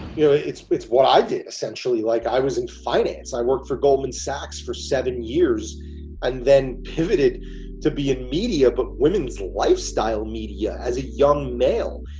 you know, it's it's what i did essentially. like i was in finance. i worked for goldman sachs for seven years and then pivoted to be in media, but women's lifestyle media as a young male.